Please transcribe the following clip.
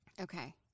Okay